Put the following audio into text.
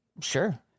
Sure